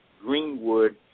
Greenwood